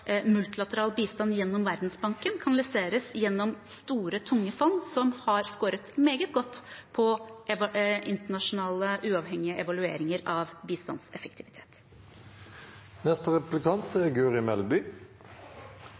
multilateral bistand gjennom Verdensbanken kanaliseres gjennom store, tunge fond som har skåret meget godt på internasjonale uavhengige evalueringer av